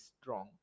strong